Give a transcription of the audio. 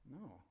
no